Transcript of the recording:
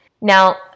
Now